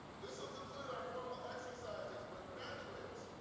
this will conclude our formal exercises. but graduates,